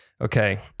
Okay